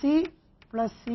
Cc Cs